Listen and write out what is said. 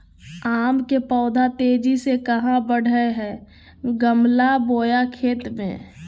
आम के पौधा तेजी से कहा बढ़य हैय गमला बोया खेत मे?